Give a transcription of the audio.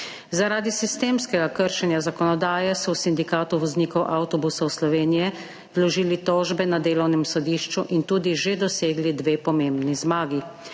Zaradi sistemskega kršenja zakonodaje so v Sindikatu voznikov avtobusov Slovenije vložili tožbe na Delovnem sodišču in tudi že dosegli dve pomembni zmagi.